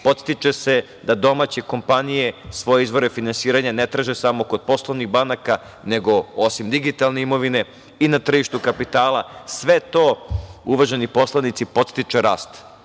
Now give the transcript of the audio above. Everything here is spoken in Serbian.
podstiče se da domaće kompanije svoje izvore finansiranja ne traže samo kod poslovnih banaka, nego osim digitalne imovine, i na tržištu kapitala. Sve to uvaženi poslanici, podstiče rast,